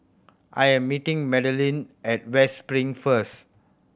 I am meeting Madelyn at West Spring first